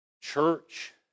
church